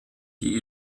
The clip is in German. die